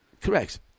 Correct